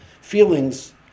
feelings